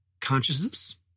consciousness